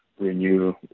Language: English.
renew